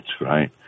right